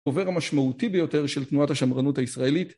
עובר המשמעותי ביותר של תנועת השמרנות הישראלית.